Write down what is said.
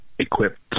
equipped